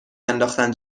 انداختن